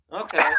Okay